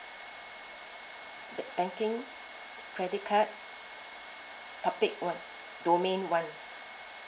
banking credit card topic one domain one